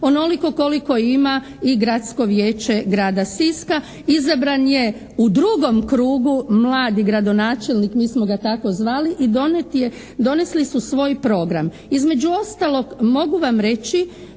onoliko koliko ima i gradsko vijeće grada Siska, izabran je u drugom krugu mladi gradonačelnik, mi smo ga tako zvali i donesli su svoj program. Između ostalog mogu vam reći